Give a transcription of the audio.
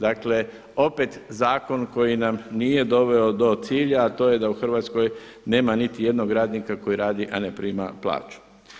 Dakle opet zakon koji nam nije doveo do cilja, a to je da u Hrvatskoj nema niti jednog radnika koji ne radi a ne prima plaću.